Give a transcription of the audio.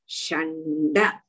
shanda